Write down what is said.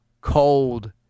cold